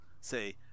say